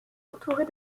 entourée